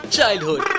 Childhood